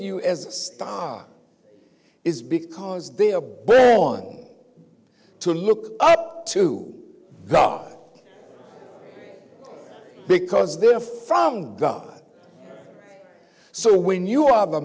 you as a star is because they are one to look up to god because they're from god so when you are